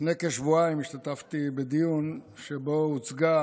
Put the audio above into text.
לפני כשבועיים השתתפתי בדיון שבו הוצגה